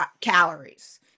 calories